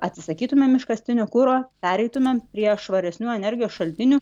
atsisakytumėm iškastinio kuro pereitumėm prie švaresnių energijos šaltinių